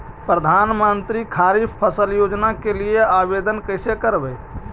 प्रधानमंत्री खारिफ फ़सल योजना के लिए आवेदन कैसे करबइ?